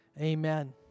Amen